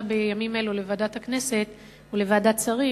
בימים אלה לוועדת שרים ולוועדת הכנסת,